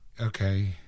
Okay